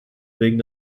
wegen